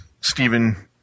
Stephen